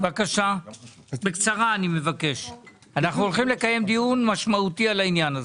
אני אימא לילד מיוחד.